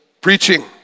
preaching